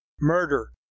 murder